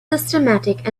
systematic